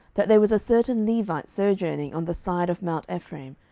that there was a certain levite sojourning on the side of mount ephraim,